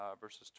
verses